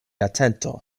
atento